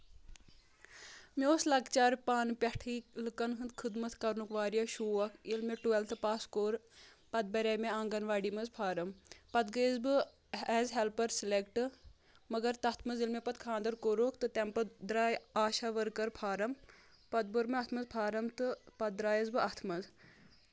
مےٚ اوس لۄکچارٕ پانہٕ پؠٹھٕے لُکن ہُنٛد خدمت کرنُک واریاہ شوق ییٚلہِ مےٚ ٹُویلتھ پاس کوٚر پتہٕ برے مےٚ آنٛگن واڑی منٛز فارم پتہٕ گٔیَس بہٕ ایز ہیلپر سِلیکٹ مگر تَتھ منٛز ییٚلہِ مےٚ پتہٕ خانٛدر کوٚرُکھ تہٕ تَمہِ پَتہٕ درٛاے آشا ؤرکَر فارم پتہٕ بوٚر مےٚ اتھ منٛز فارم تہٕ پتہٕ درٛایس بہٕ اتھ منٛز